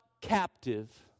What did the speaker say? captive